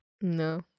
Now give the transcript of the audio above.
No